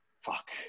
Fuck